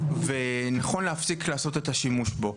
נכון להפסיק לעשות את השימוש בו.